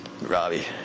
Robbie